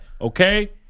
Okay